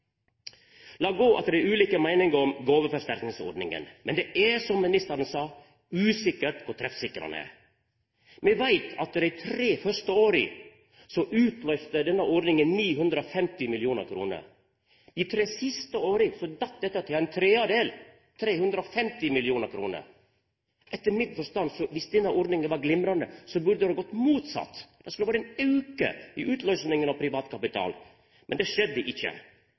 La gå at det er ulike meiningar om gåveforsterkingsordninga, men det er, som ministeren sa, usikkert kor treffsikker ho er. Me veit at dei tre første åra utløyste denne ordninga 950 mill. kr. Dei tre siste åra datt dette til ein tredel, til 350 mill. kr. Om denne ordninga var glimrande, burde det, etter min forstand, gått motsett veg: Det skulle ha vore ein auke i utløysinga av privat kapital. Men det skjedde ikkje.